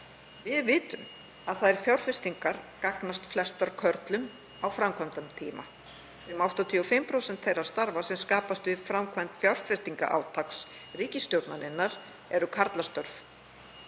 Við vitum að þær fjárfestingar gagnast flestar körlum á framkvæmdatíma. Um 85% þeirra starfa sem skapast við framkvæmd fjárfestingarátaks ríkisstjórnarinnar eru karlastörf.